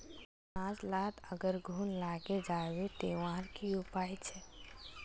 अनाज लात अगर घुन लागे जाबे ते वहार की उपाय छे?